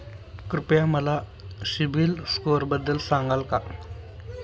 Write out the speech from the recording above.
कृपया मला सीबील स्कोअरबद्दल सांगाल का?